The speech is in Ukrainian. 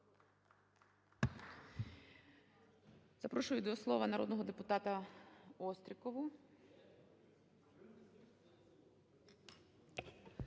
Запрошую до слова народного депутатаОстрікову.